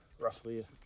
roughly